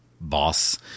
boss